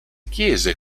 chiese